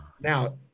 Now